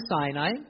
Sinai